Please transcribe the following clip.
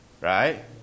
Right